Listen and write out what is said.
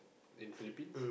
in Philippines